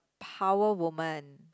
power woman